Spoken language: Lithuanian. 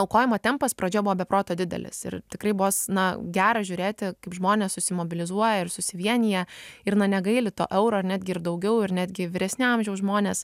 aukojimo tempas pradžioj buvo be proto didelis ir tikrai bus na gera žiūrėti kaip žmonės susimobilizuoja ir susivienija ir na negaili to euro ir netgi ir daugiau ir netgi vyresnio amžiaus žmonės